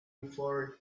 before